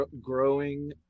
growing